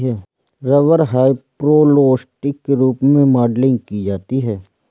rubber hyperelastic के रूप में मॉडलिंग की जाती है